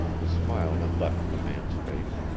the smile had left the man's face.